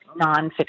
nonfiction